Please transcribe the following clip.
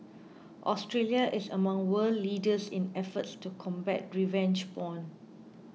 Australia is among world leaders in efforts to combat revenge porn